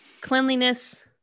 Cleanliness